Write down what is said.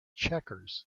checkers